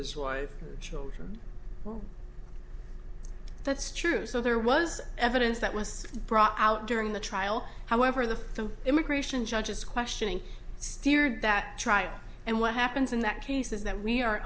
his wife children well that's true so there was evidence that was brought out during the trial however the immigration judge is questioning steered that trial and what happens in that case is that we are